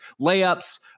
layups